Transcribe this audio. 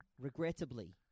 regrettably